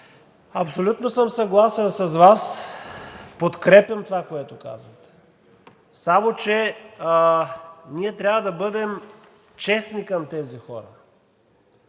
абсолютно съм съгласен с Вас, подкрепям това, което казвате, само че ние трябва да бъдем честни към тези хора.